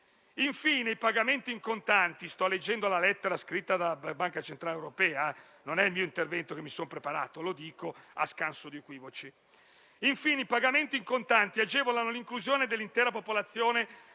infine, i pagamenti in contanti agevolano l'inclusione dell'intera popolazione